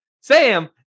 Sam